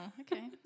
okay